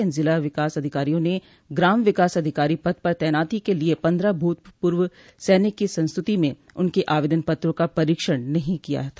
इन जिला विकास अधिकारियों ने ग्राम विकास अधिकारी पद पर तैनाती के लिए पन्द्रह भूतपूर्व सैनिकों की संस्तुति में उनके आवेदन पत्रों का परीक्षण नही किया था